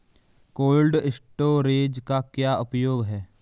Cold storage का क्या उपयोग है?